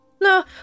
No